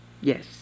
Yes